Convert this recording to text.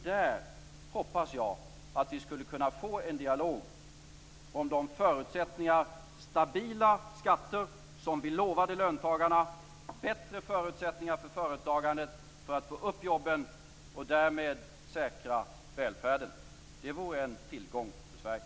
Där hoppas jag att vi skall kunna få en dialog om de förutsättningar - stabila skatter - som vi lovade löntagarna, bättre förutsättningar för företagandet för att få upp jobben och därmed säkra välfärden. Det vore en tillgång för Sverige.